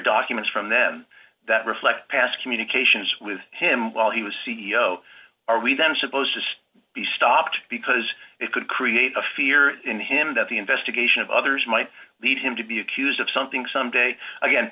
documents from them that reflect past communications with him while he was c e o are we then supposed to be stopped because it could create a fear in him that the investigation of others might lead him to be accused of something someday again